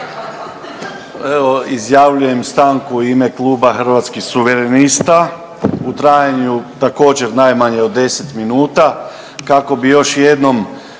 izjavljujem stanku u ime Kluba Hrvatskih suverenista u trajanju također najmanje od 10 minuta kako bi još jednom